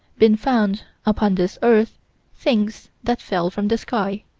been found upon this earth things that fell from the sky,